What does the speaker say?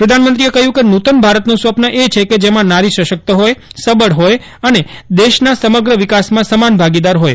પ્રધાનમંત્રીએ કહયું કે નુતન ભારતનું સ્વપ્ર એ છે જેમાં નારી સશકત હોય સબળ હોય અને દેશના સમગ્ર વિકાસમાં સમાન ભાગીદાર હોય